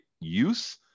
use